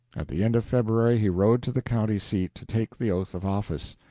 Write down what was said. at the end of february he rode to the county seat to take the oath of office.